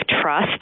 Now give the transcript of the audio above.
trust